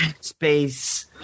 space